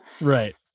Right